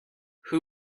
who